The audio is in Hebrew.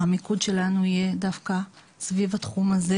המיקוד שלנו יהיה דווקא סביב התחום הזה.